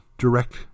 direct